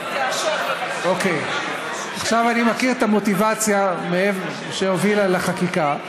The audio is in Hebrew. עכשיו אני מכיר את המוטיבציה שהובילה לחקיקה.